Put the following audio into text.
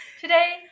Today